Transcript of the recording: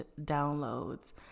downloads